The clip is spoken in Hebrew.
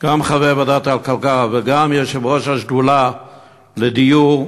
גם חבר ועדת הכלכלה וגם יושב-ראש השדולה לדיור,